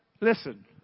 listen